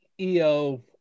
EO